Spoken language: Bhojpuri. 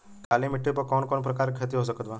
काली मिट्टी पर कौन कौन प्रकार के खेती हो सकत बा?